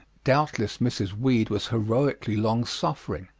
doubtless mrs. weed was heroically longsuffering,